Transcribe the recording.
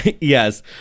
Yes